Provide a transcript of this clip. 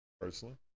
personally